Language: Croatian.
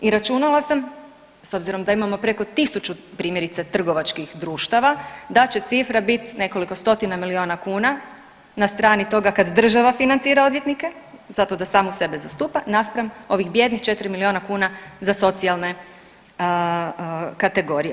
I računala sam s obzirom da imamo preko 1.000 primjerice trgovačkih društava da će cifra biti nekoliko stotina miliona kuna na strani toga kad država financira odvjetnike zato da samu sebe zastupa naspram ovih 4 miliona kuna za socijalne kategorije.